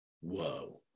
Whoa